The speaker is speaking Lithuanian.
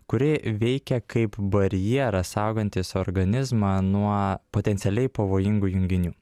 kuri veikia kaip barjeras saugantis organizmą nuo potencialiai pavojingų junginių